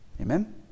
Amen